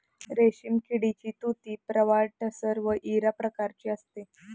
रेशीम किडीची तुती प्रवाळ टसर व इरा प्रकारची असते